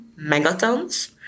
megatons